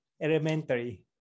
elementary